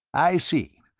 i see.